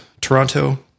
toronto